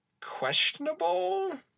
questionable